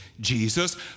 Jesus